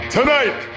Tonight